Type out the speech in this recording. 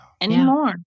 anymore